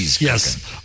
Yes